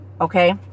Okay